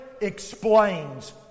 explains